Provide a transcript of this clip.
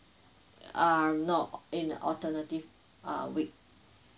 err no in alternative ah week